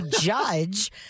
judge